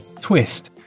twist